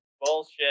bullshit